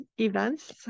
events